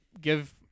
give